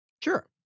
Sure